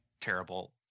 terrible